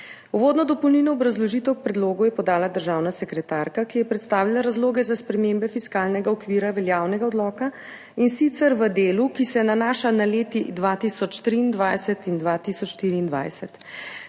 Uvodno dopolnilno obrazložitev k predlogu je podala državna sekretarka, ki je predstavila razloge za spremembe fiskalnega okvira veljavnega odloka, in sicer v delu, ki se nanaša na leti 2023 in 2024.